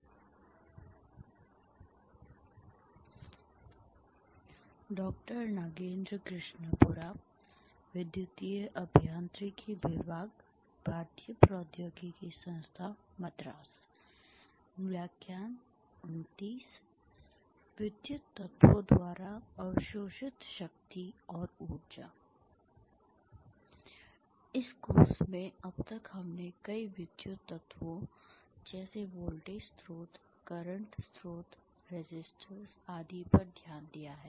power and energy absorbed by electrical elements इस course में अब तक हमने कई विद्युत तत्वों जैसे वोल्टेज स्रोत करंट स्रोत रेसिस्टर्स आदि पर ध्यान दिया है